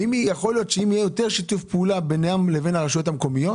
אולי אם יהיה יותר שיתוף פעולה ביניכם לבין הרשויות המקומיות